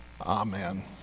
Amen